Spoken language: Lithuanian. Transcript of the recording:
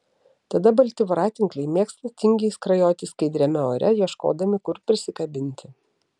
tada balti voratinkliai mėgsta tingiai skrajoti skaidriame ore ieškodami kur prisikabinti